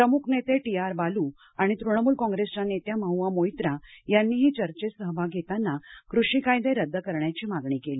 द्रमुक नेते T R Baalu आणि तृणमूल कॉंग्रेसच्या नेत्या माहुआ मोइत्रा यांनीही चर्चेत सहभाग घेताना कृषी कायदे रद्द करण्याची मागणी केली